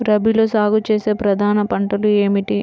రబీలో సాగు చేసే ప్రధాన పంటలు ఏమిటి?